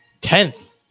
Tenth